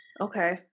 Okay